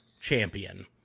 champion